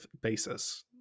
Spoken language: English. basis